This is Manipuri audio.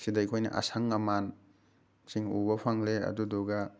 ꯁꯤꯗ ꯑꯩꯈꯣꯏꯅ ꯑꯁꯪ ꯑꯃꯥꯟꯁꯤꯡ ꯎꯕ ꯐꯪꯂꯦ ꯑꯗꯨꯗꯨꯒ